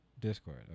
Discord